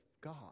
God